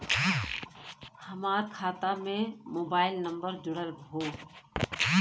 हमार खाता में मोबाइल नम्बर जुड़ल हो?